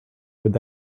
would